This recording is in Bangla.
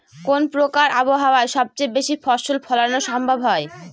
কোন প্রকার আবহাওয়ায় সবচেয়ে বেশি ফসল ফলানো সম্ভব হয়?